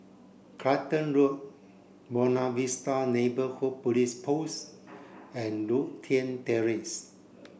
Clacton Road Buona Vista Neighbourhood Police Post and Lothian Terrace